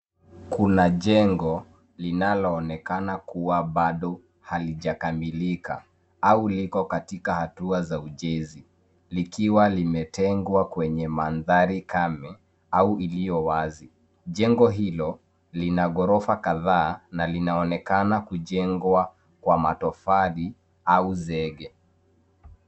Kuna jengo linalonekana kuwa bado halijakamilika au liko katika hatua za ujenzi, likiwa limetegwa kwenye mandhari kame au iliyo wazi. Jengo hilo lina ghorofa kadhaa na linaonekana kujengwa kwa matofali au zege.